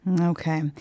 Okay